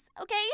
okay